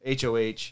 HOH